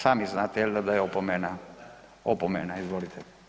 Sami znate jel da, da je opomena, opomena izvolite.